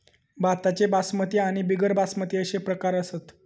भाताचे बासमती आणि बिगर बासमती अशे प्रकार असत